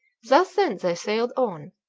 thus then they sailed on,